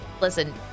listen